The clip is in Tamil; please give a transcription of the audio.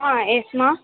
ஆ எஸ் மா